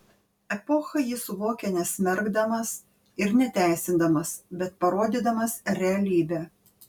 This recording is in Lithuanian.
epochą jis suvokia nesmerkdamas ir neteisindamas bet parodydamas realybę